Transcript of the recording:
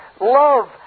love